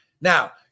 Now